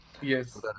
Yes